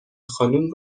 خانم